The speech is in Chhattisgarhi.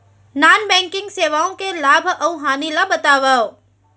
नॉन बैंकिंग सेवाओं के लाभ अऊ हानि ला बतावव